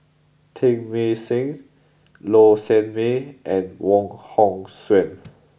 Teng Mah Seng Low Sanmay and Wong Hong Suen